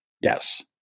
Yes